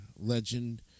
legend